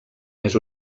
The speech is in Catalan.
més